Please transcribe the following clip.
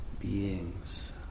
beings